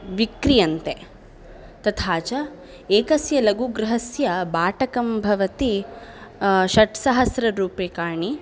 विक्रियन्ते तथा च एकस्य लघुगृहस्य बाटकं भवति षट् सहस्ररूप्यकाणि